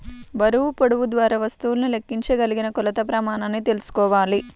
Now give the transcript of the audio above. బరువు, పొడవు ద్వారా వస్తువులను లెక్కించగలిగిన కొలత ప్రమాణాన్ని తెల్సుకోవాలి